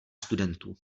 studentů